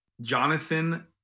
Jonathan